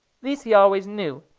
these he always knew,